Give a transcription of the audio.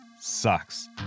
sucks